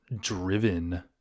driven